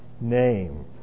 name